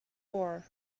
war